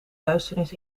duisternis